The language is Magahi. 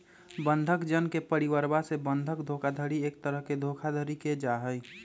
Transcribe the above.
बंधक जन के परिवरवा से बंधक धोखाधडी एक तरह के धोखाधडी के जाहई